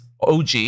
OG